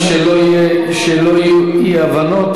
שלא יהיו אי-הבנות,